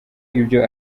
ibyo